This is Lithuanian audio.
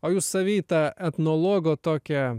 o jūs savy tą etnologo tokią